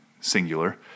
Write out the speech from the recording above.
singular